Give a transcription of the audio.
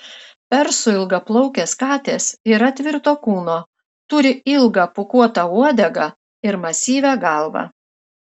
persų ilgaplaukės katės yra tvirto kūno turi ilgą pūkuotą uodegą ir masyvią galvą